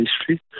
history